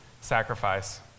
sacrifice